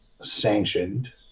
sanctioned